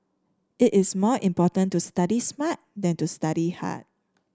it is more important to study smart than to study hard